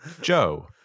Joe